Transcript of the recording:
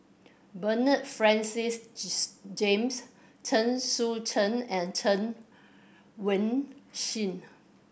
Bernard Francis James Chen Sucheng and Chen Wen Hsi